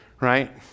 Right